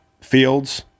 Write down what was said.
Fields